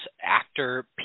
actor